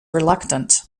reluctant